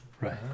Right